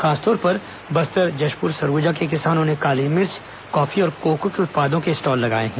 खासतौर पर बस्तर जशपुर सरगुजा के किसानों ने काली मिर्च कॉफी और कोको के उत्पादों के स्टॉल लगाए गए